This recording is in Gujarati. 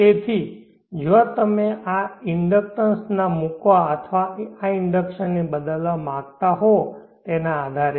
તેથી જ્યાં તમે આ ઇન્ડક્ટન્સ મૂકવા અથવા આ ઇન્ડક્શનને બદલવા માંગતા હો તેના આધારે